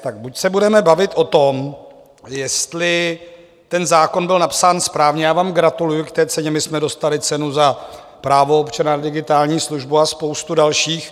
Tak buď se budeme bavit o tom, jestli ten zákon byl napsán správně já vám gratuluji k té ceně, my jsme dostali cenu za právo občana na digitální službu a spoustu dalších.